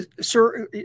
Sir